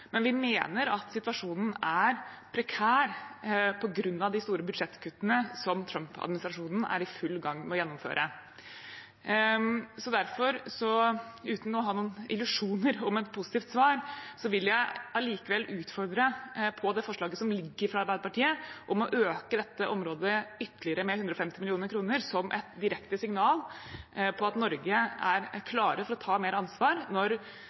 men vi mener at situasjonen er prekær på grunn av de store budsjettkuttene som Trump-administrasjonen er i full gang med å gjennomføre. Derfor – uten å ha noen illusjoner om et positivt svar – vil jeg likevel utfordre på det forslaget fra Arbeiderpartiet som foreligger, om å styrke dette området med ytterligere 150 mill. kr, som et direkte signal om at Norge er klare for å ta mer ansvar når